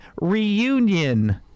reunion